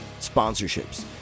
sponsorships